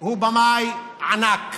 הוא בימאי ענק.